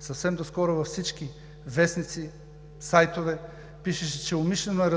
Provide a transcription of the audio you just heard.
Съвсем доскоро във всички вестници и сайтове пишеше, че умишлено е